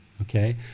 okay